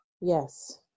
Yes